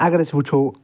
اگر أسۍ وٕچھو